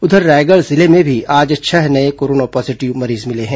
उधर रायगढ़ जिले में भी आज छह नये कोरोना पॉजीटिव मरीज मिले हैं